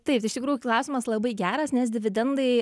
taip tai iš tikrųjų klausimas labai geras nes dividendai